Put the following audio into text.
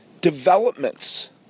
developments